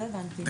לא הבנתי.